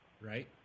right